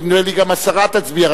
ונדמה לי גם השרה תצביע,